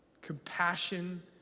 Compassion